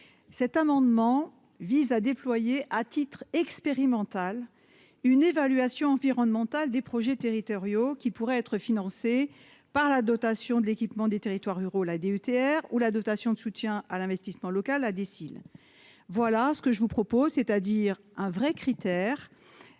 cet amendement vise à déployer, à titre expérimental une évaluation environnementale des projets territoriaux qui pourraient être financées par la dotation de l'équipement des territoires ruraux, la DETR ou la dotation de soutien à l'investissement local à voilà ce que je vous propose, c'est-à-dire un vrai critère